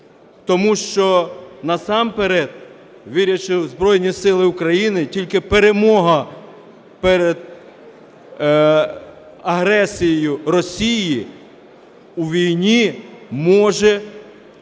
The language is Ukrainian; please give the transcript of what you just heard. Тому що насамперед, вірячи у Збройні Сили України, тільки перемога перед агресією Росії у війні може дати